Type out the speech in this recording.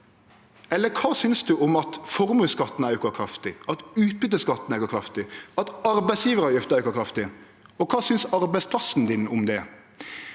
kva synest du om at formuesskatten aukar kraftig, at utbytteskatten aukar kraftig, og at arbeidsgjevaravgifta aukar kraftig? Kva synest arbeidsplassen din om det?